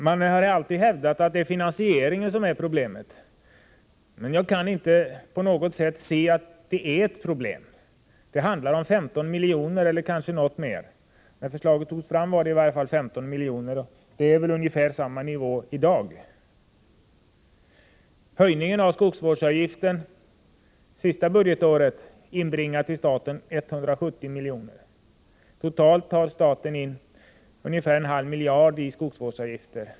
Det har alltid hävdats att det är finansieringen som är problemet, men jag kan inte på något sätt se att den är ett problem. Det handlar om 15 milj.kr. eller kanske något mer. När förslaget togs fram handlade det i varje fall om 15 miljoner, och beloppet ligger väl på ungefär samma nivå i dag. Höjningen av skogsvårdsavgiften senaste budgetåret inbringade 170 miljoner till staten. Totalt tar staten in ungefär en halv miljard i skogsvårdsavgifter.